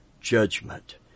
judgment